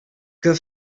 que